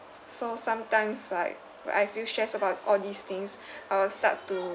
so sometimes like when I feel stress about all these things I will start to